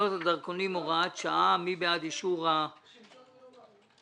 הדרכונים (הוראת שעה) (תיקון), התשע"ט-2018.